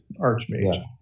archmage